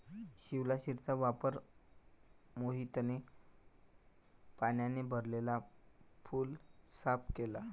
शिवलाशिरचा वापर करून मोहितने पाण्याने भरलेला पूल साफ केला